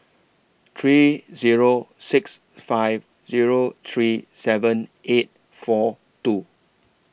three Zero six five Zero three seven eight four two